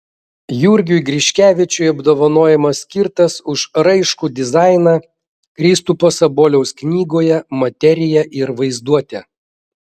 jurgiui griškevičiui apdovanojimas skirtas už raiškų dizainą kristupo saboliaus knygoje materija ir vaizduotė